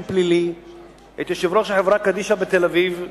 פלילי את יושב-ראש החברה קדישא בתל-אביב לשעבר,